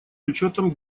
учетом